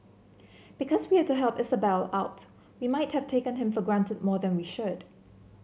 because we had to help Isabelle out we might have taken him for granted more than we should